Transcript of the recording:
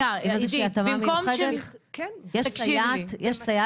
עם איזושהי התאמה מיוחדת?